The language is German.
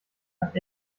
hat